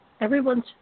everyone's